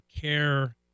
care